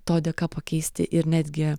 to dėka pakeisti ir netgi